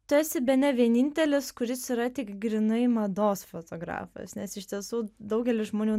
tu esi bene vienintelis kuris yra tik grynai mados fotografas nes iš tiesų daugelis žmonių